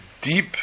deep